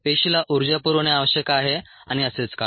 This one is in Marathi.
पेशीला ऊर्जा पुरवणे आवश्यक आहे आणि असेच काही